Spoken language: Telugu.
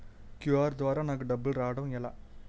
క్యు.ఆర్ ద్వారా నాకు డబ్బులు రావడం ఎలా?